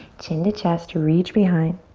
chin the chest, reach behind.